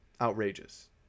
Outrageous